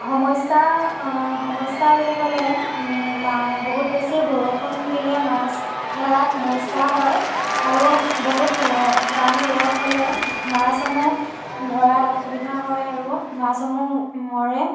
সমস্যা সমস্যা বুলি ক'লে মা বহুত বেছি বৰষুণ দিলে মাছ ধৰাত সমস্যা হয় আৰু বহুত ৰ টান ৰ'দ হ'লে মাছসমূহ ধৰাত অসুবিধা হয় আৰু মাছসমূহ মৰে